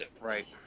Right